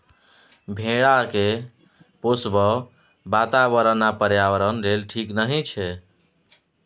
भेड़ा केँ पोसब बाताबरण आ पर्यावरण लेल ठीक नहि छै